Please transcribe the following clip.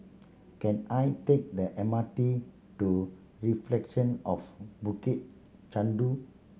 can I take the M R T to Reflections of Bukit Chandu